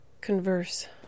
converse